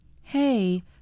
Hey